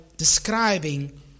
Describing